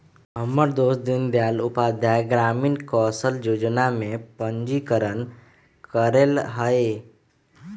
हमर दोस दीनदयाल उपाध्याय ग्रामीण कौशल जोजना में पंजीकरण करएले हइ